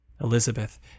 Elizabeth